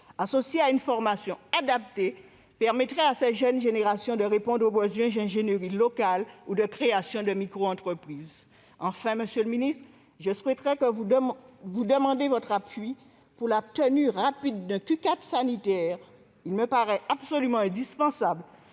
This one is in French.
associés à une formation adaptée, permettraient à ces jeunes générations de répondre aux besoins d'ingénierie locale ou de création de microentreprises. Enfin, monsieur le ministre, je souhaitais vous demander votre appui pour la tenue rapide d'un « Q4 sanitaire ». Il me paraît absolument indispensable,